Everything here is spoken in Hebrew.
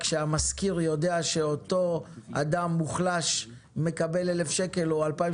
כשהמשכיר יודע שאותו אדם מוחלש מקבל 1,000 או 2,000